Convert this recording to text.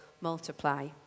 multiply